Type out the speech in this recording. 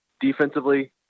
defensively